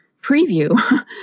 preview